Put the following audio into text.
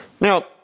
Now